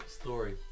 story